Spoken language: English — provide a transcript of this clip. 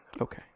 Okay